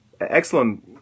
excellent